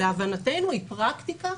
להבנתנו היא פרקטיקה